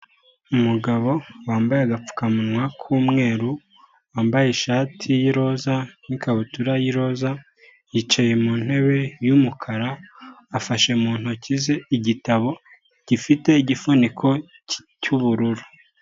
Umugabo wambaye agapfukamunwa k'umweru, wambaye ishati y'iroza n'ikabutura y'iroza, yicaye mu ntebe y'umukara, afashe mu ntoki ze igitabo gifite igifuniko cy'ubururu.